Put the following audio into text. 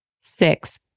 six